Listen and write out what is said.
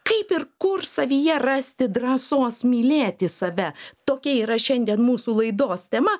kaip ir kur savyje rasti drąsos mylėti save tokia yra šiandien mūsų laidos tema